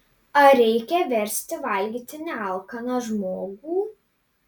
ar reikia versti valgyti nealkaną žmogų